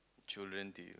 children to you